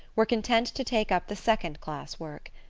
were content to take up the second class work.